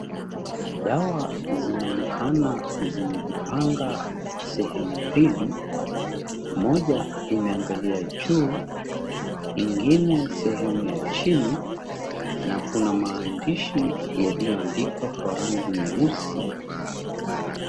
Dawa zinaonekana zimejipanga sehemu mbili, moja imeangalia juu, ingine sehemu ya chini na kuna maandishi yaliyoandikwa kwa rangi nyeusi.